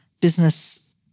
business